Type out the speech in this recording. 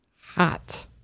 hot